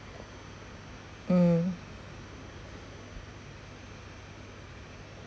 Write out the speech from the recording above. mm